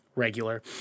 regular